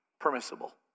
permissible